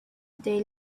they